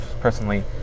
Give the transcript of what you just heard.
personally